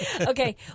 Okay